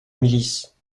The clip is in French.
milice